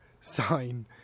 sign